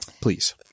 please